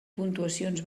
puntuacions